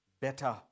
better